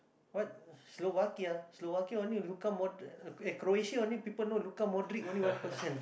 what Slovakia Slovakia only Luka Mod~ eh Croatia only people know Luka-Modric only one person